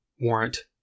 Warrant